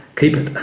keep it